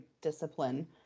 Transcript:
discipline